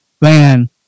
Man